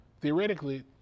theoretically